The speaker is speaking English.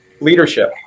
leadership